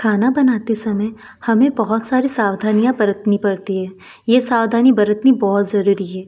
खाना बनाते समय हमें बहुत सारी सावधानियाँ बरतनी पड़ती है यह सावधानी बरतनी बहुत ज़रूरी है